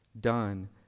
done